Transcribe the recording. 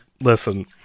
listen